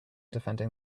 defending